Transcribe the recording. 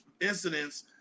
incidents